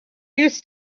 used